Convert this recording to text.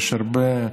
יש הרבה,